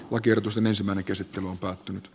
un certo sen ensimmäinen käsittely on päättynyt c